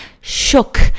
shook